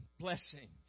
blessing